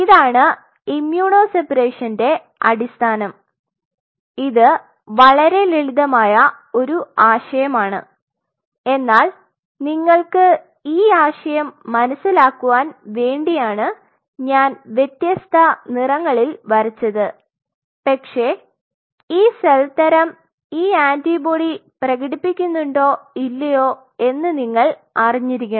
ഇതാണ് ഇമ്യൂണോ സെപ്പറേഷന്റെimmuno separation അടിസ്ഥാനം ഇത് വളരെ ലളിതമായ ഒരു ആശയമാണ് എന്നാൽ നിങ്ങൾക്ക് ഈ ആശയം മനസിലാക്കുവാൻ വേണ്ടിയാണ് ഞാൻ വ്യത്യസ്ത നിറങ്ങളിൽ വരച്ചത് പക്ഷേ ഈ സെൽ തരം ഈ ആന്റിബോഡി പ്രകടിപ്പിക്കുന്നുണ്ടോ ഇല്ലയോ എന്ന് നിങ്ങൾ അറിഞ്ഞിരിക്കണം